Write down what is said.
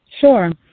Sure